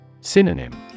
Synonym